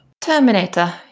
Terminator